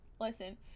listen